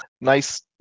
Nice